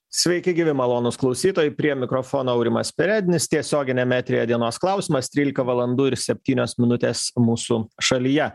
sveiki gyvi malonūs klausytojai prie mikrofono aurimas perednis tiesioginiame eteryje dienos klausimas trylika valandų ir septynios minutės mūsų šalyje